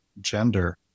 gender